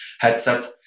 headset